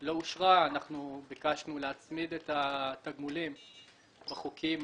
לא אושרה, ביקשנו להצמיד את התגמולים בחוקים